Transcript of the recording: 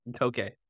Okay